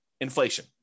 Inflation